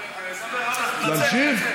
להמשיך?